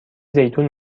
زیتون